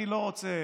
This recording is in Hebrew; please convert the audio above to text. אני לא רוצה